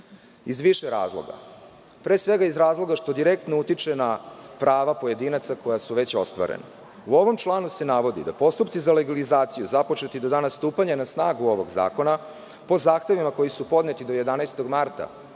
iz više razloga. Pre svega iz razloga što direktno utiče na prava pojedinaca koja su već ostvarena. U ovom članu se navodi da postupci za legalizaciju započeti do dana stupanja na snagu ovog zakona, po zahtevima koji su podneti do 11. marta